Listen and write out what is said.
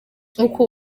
uko